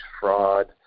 fraud